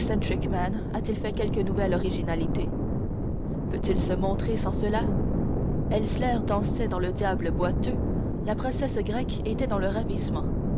a-t-il fait quelque nouvelle originalité peut-il se montrer sans cela elssler dansait dans le diable boiteux la princesse grecque était dans le ravissement